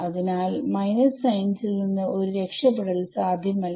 അതിനാൽ minus signs ൽ നിന്ന് ഒരു രക്ഷപ്പെടൽ സാധ്യമല്ല